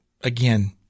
again